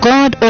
God